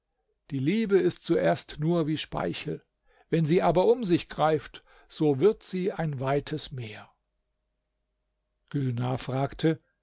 die liebe ist zuerst nur wie speichel wenn sie aber um sich greift so wird sie ein weites meer gülnar fragte